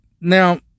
now